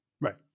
Right